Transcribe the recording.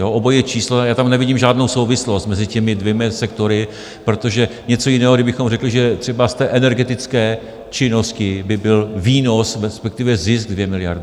Obojí je číslo a já tam nevidím žádnou souvislost mezi těmi dvěma sektory, protože něco jiného je, kdybychom řekli, že třeba z energetické činnosti by byl výnos, respektive zisk, 2 miliardy.